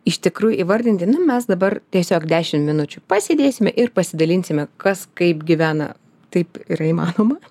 iš tikrųjų įvardinti na mes dabar tiesiog dešim minučių pasėdėsime ir pasidalinsime kas kaip gyvena taip yra įmanoma